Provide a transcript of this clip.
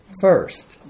first